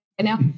now